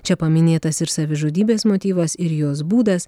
čia paminėtas ir savižudybės motyvas ir jos būdas